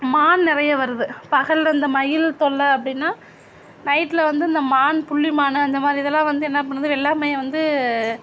மான் நிறைய வருது பகலில் இந்த மயில் தொல்லை அப்படின்னா நைட்டில் வந்து இந்த மான் புள்ளி மான் அந்த மாதிரி இது எல்லாம் வந்து என்ன பண்ணுது வெள்ளாமையை வந்து